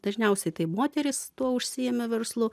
dažniausiai tai moterys tuo užsiėmė verslu